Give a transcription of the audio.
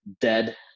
dead